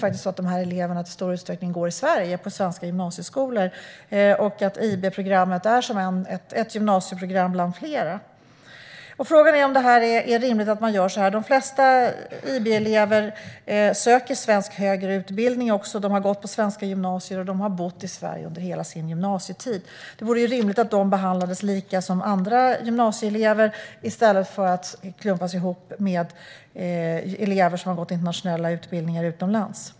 Dessa elever går ju i stor utsträckning på svenska gymnasieskolor i Sverige, och IB-programmet är som ett gymnasieprogram bland flera. Frågan är om det är rimligt att göra så här. De flesta IB-elever söker till svensk högre utbildning. De har gått på svenska gymnasier, och har bott i Sverige under hela sin gymnasietid. Det vore rimligt att de behandlades likadant som andra gymnasieelever i stället för att klumpas ihop med elever som har gått internationella utbildningar utomlands.